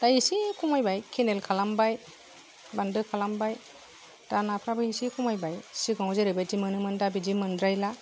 दा एसे खमायबाय केनेल खालामबाय बान्दो खालामबाय दा नाफ्राबो एसे खमायबाय सिगाङाव जेरैबायदि मोनोमोन दा बिदि मोनद्रायला